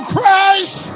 Christ